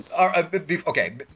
Okay